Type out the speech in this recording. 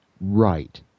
right